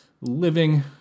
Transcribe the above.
living